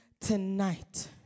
tonight